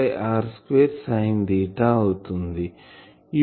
dl బై 4 r2 sign అవుతుంది